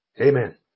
amen